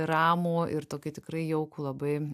ramų ir tokį tikrai jaukų labai